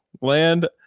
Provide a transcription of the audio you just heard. Land